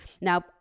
Now